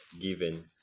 given